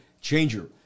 changer